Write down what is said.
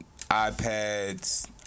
iPads